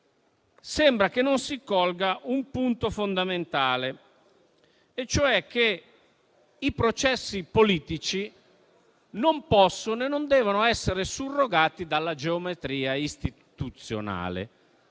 sembra che non si colga un punto fondamentale, cioè che i processi politici non possono e non devono essere surrogati dalla geometria istituzionale.